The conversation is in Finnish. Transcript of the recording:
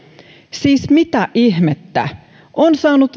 siis mitä ihmettä on saanut